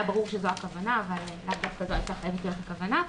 היה ברור שזאת הכוונה אבל לאו דווקא זו הייתה חייבת להיות הכוונה.